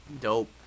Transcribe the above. dope